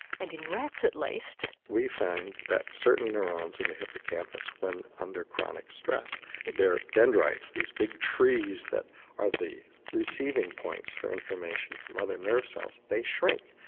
and in rats at least. we found that certain neurons in the hippocampus when under chronic stress their dendrites, these big trees that are the receiving points for information from other nerve cells, they shrink.